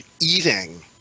eating